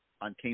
on